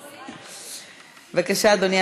בבקשה, אדוני.